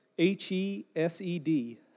H-E-S-E-D